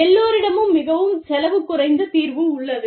எல்லோரிடமும் மிகவும் செலவு குறைந்த தீர்வு உள்ளது